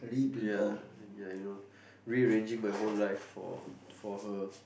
ya ya you know rearranging my whole life for for her